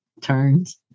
turns